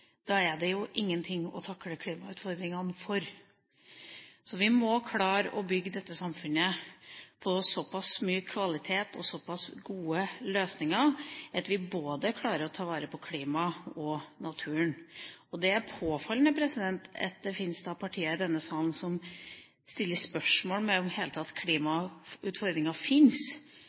Da er det jo ingenting å takle klimautfordringene for. Vi må klare å bygge dette samfunnet på såpass mye kvalitet og såpass gode løsninger at vi klarer å ta vare på både klimaet og naturen. Det er påfallende at det fins partier i denne salen som stiller spørsmål ved om det i hele tatt fins klimautfordringer,